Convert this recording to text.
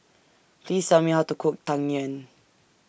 Please Tell Me How to Cook Tang Yuen